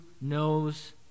knows